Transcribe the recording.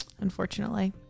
unfortunately